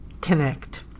connect